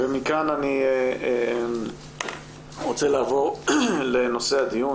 מכאן אני רוצה לעבור לנושא הדיון